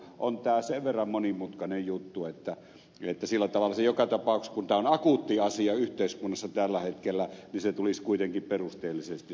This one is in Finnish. on tämä sen verran monimutkainen juttu että sillä tavalla se joka tapauksessa kun tämä on akuutti asia yhteiskunnassa tällä hetkellä tulisi kuitenkin perusteellisesti